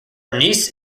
niece